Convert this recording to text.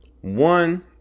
one